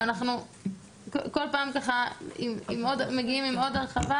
ואנחנו כל פעם ככה מגיעים עם עוד הרחבה